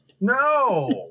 No